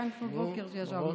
ב-02:00 ישבנו כאן.